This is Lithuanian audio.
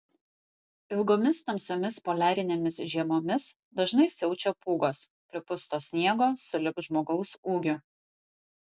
ilgomis tamsiomis poliarinėmis žiemomis dažnai siaučia pūgos pripusto sniego sulig žmogaus ūgiu